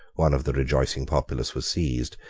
one of the rejoicing populace was seized.